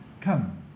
come